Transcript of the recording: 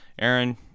Aaron